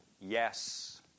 Yes